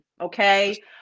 okay